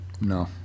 No